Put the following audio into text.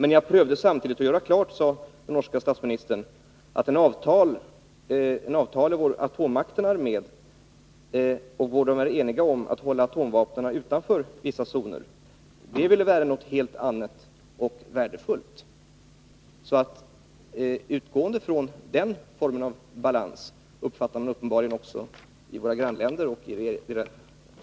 Men jag försökte samtidigt, sade den norske statsministern, att göra klart att ett avtal där atommakterna är med och där de är eniga om att hålla atomvapnen utanför vissa zoner skulle vara något helt annat och värdefullt. Utgående från den formen av balans uppfattar man uppenbarligen också i våra grannländer och